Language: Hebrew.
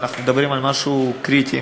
ואנחנו מדברים על משהו קריטי,